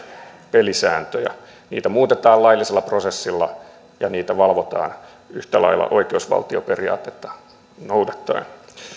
pelisääntöjä niitä muutetaan laillisella prosessilla ja niitä valvotaan yhtä lailla oikeusvaltioperiaatetta noudattaen